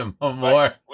More